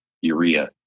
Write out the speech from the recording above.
urea